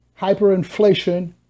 hyperinflation